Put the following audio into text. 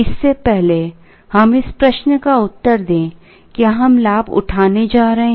इससे पहले हम इस प्रश्न का उत्तर दें क्या हम लाभ उठाने जा रहे हैं